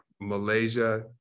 malaysia